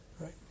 Right